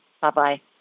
Bye-bye